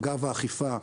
אגב האכיפה,